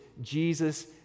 Jesus